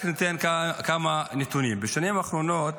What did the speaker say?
רק ניתן כמה נתונים: בשנים האחרונות